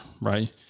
right